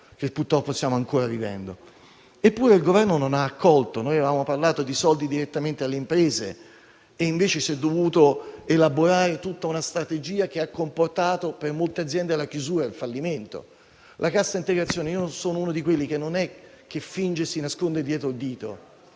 che purtroppo stiamo ancora vivendo. Eppure il Governo non ha accolto le nostre preoccupazioni. Noi avevamo parlato di soldi direttamente alle imprese e invece si è dovuta elaborare tutta una strategia che ha comportato per molte aziende la chiusura o il fallimento. Sulla cassa integrazione io non sono uno che finge e si nasconde dietro il dito,